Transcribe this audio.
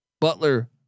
Butler